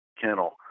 Kennel